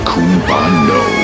Kumbano